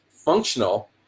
functional